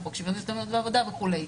בחוק שוויון הזדמנויות בעבודה וכו'.